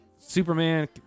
Superman